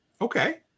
Okay